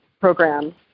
program